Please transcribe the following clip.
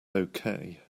okay